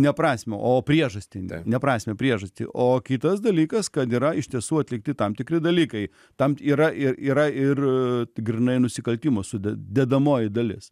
ne prasmę o priežastį ne prasmę priežastį o kitas dalykas kad yra iš tiesų atlikti tam tikri dalykai tam yra ir yra ir grynai nusikaltimo sudedamoji dalis